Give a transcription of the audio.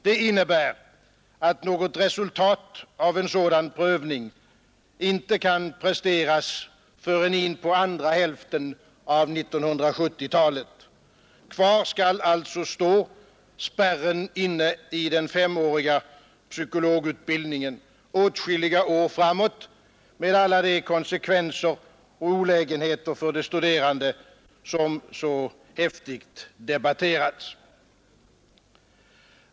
Det innebär att något resultat av en sådan prövning inte kan presteras förrän in på andra hälften av 1970-talet. Kvar skall alltså stå spärren inne i den femåriga psykologutbildningen åtskilliga år framåt med alla de konsekvenser och olägenheter för de studerande som så häftigt debatterats.